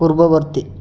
ପୂର୍ବବର୍ତ୍ତୀ